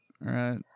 right